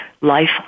life